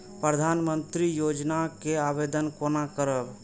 प्रधानमंत्री योजना के आवेदन कोना करब?